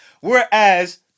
Whereas